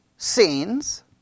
scenes